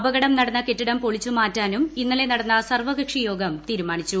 അപകടം നടന്ന കെട്ടിടം പൊളിച്ചുമാറ്റാനും ഇന്നലെ നടന്ന സർവ്വകക്ഷി യോഗം തീരുമാനിച്ചു